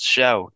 show